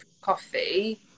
coffee